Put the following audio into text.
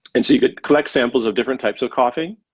and so you could collect samples of different types of coughing.